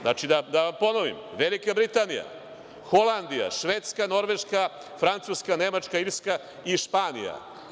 Znači da ponovim: Velika Britanija, Holandija, Švedska, Norveška, Francuska, Nemačka, Irska i Španija.